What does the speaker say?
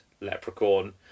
Leprechaun